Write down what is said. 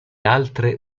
altre